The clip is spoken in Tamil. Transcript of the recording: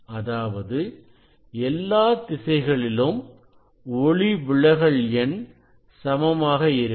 அதாவது எல்லா திசைகளிலும் ஒளிவிலகல் எண் சமமாக இருக்கும்